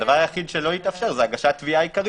הדבר היחיד שלא יתאפשר זה הגשת תביעה עיקרית.